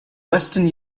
western